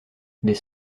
des